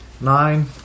Nine